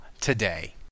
today